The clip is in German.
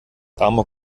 amok